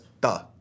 duh